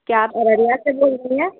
کیا آپ اریا سے بول رہی ہیں